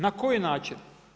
Na koji način?